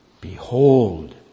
Behold